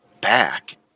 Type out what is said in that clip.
back